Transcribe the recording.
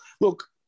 Look